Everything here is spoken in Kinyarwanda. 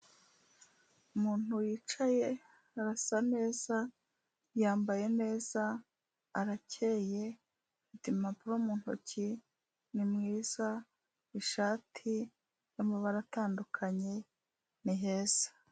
Umuntu wicaye, arasa neza, yambaye neza, arakeye, afite papuro mu ntoki, ni mwiza, ishati y'amabara atandukanye, ni heza.